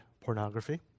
pornography